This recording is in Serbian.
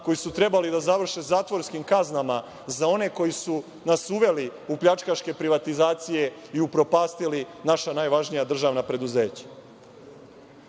koji su trebali da završe zatvorskim kaznama za one koji su nas uveli u pljačkaške privatizacije i upropastili naša najvažnija državna preduzeća. Od